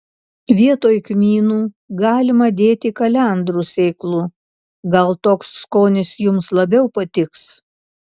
vietoj kmynų galima dėti kalendrų sėklų gal toks skonis jums labiau patiks